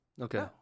Okay